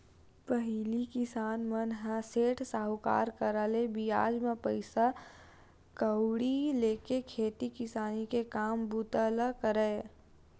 पहिली किसान मन ह सेठ, साहूकार करा ले बियाज म पइसा कउड़ी लेके खेती किसानी के काम बूता ल करय